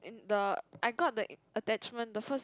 the I got the attachment the first